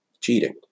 cheating